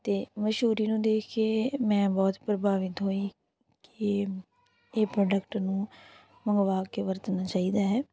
ਅਤੇ ਮਸ਼ਹੂਰੀ ਨੂੰ ਦੇਖ ਕੇ ਮੈਂ ਬਹੁਤ ਪ੍ਰਭਾਵਿਤ ਹੋਈ ਕਿ ਇਹ ਇਹ ਪ੍ਰੋਡਕਟ ਨੂੰ ਮੰਗਵਾ ਕੇ ਵਰਤਣਾ ਚਾਹੀਦਾ ਹੈ